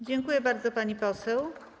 Dziękuję bardzo, pani poseł.